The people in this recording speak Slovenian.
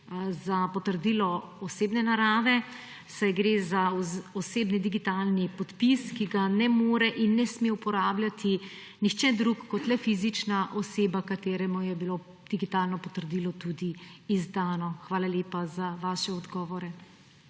za potrdilo osebne narave, saj gre za osebni digitalni podpis, ki ga ne more in ne sme uporabljati nihče drug kot le fizična oseba, ki ji je bilo digitalno potrdilo izdano. Hvala lepa za vaše odgovore.